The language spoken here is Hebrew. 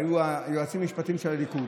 היו היועצים המשפטיים של הליכוד,